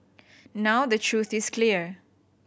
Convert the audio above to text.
now the truth is clear